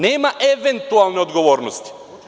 Nema eventualne odgovornosti.